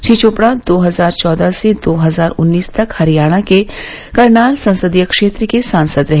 श्री चोपडा दो हजार चौदह से दो हजार उन्नीस तक हरियाणा के करनाल संसदीय क्षेत्र से सांसद रहे